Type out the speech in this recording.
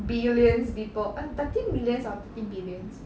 billions people err thirteen millions or thirteen billions